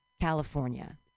california